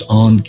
on